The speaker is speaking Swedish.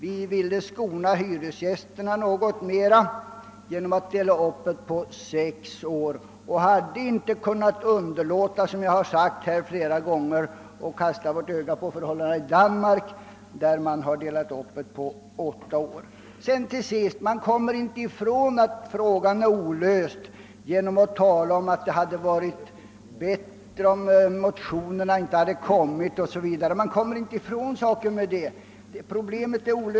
Vi ville skona hyresgästerna något mer genom att dela upp höjningarna på sex år och hade inte kunnat underlåta, som jag flera gånger framhållit, att kasta blickarna på förhållandena i Danmark, där man delat upp höjningarna på åtta år. Man kommer inte ifrån det faktum, att frågan är olöst, genom att tala om att det hade varit bättre om motionerna inte lagts fram o.s.v.